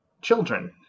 children